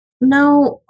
Now